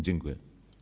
Dziękuję.